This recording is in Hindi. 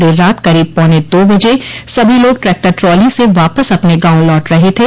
देर रात करीब पौने दो बजे सभी लोग ट्रैक्टर ट्राली से वापस अपने गांव लौट रहे थे